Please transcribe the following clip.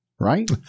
Right